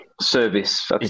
service